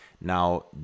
Now